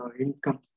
income